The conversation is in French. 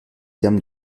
termes